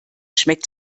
schmeckt